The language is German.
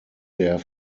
der